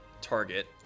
target